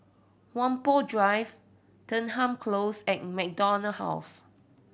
Whampoa Drive Denham Close and MacDonald House